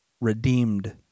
redeemed